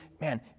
man